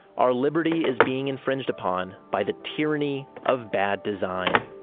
our liberty is being infringed upon by the tyranny of bad design